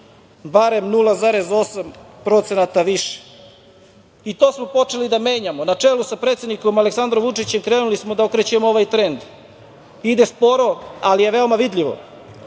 barem 0,8% više. To smo počeli da menjamo. Na čelu sa predsednikom Aleksandrom Vučićem krenuli smo da okrećemo ovaj trend. Ide sporo, ali je veoma vidljivo.